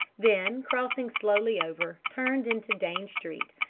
then crossing slowly over, turned into dane street,